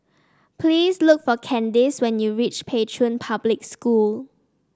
please look for Candyce when you reach Pei Chun Public School